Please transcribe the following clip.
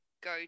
go